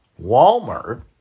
Walmart